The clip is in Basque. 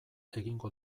egingo